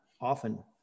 often